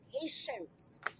patience